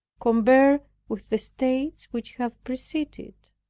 compared with the states which have preceded it,